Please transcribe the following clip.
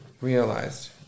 realized